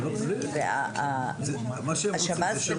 השב"ס,